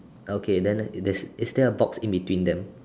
okay then the there's is there a box in between them